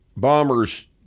Bombers